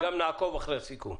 וגם נעקוב אחר הסיכום.